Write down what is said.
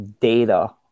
data